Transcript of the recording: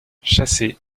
chassé